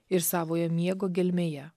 ir savojo miego gelmėje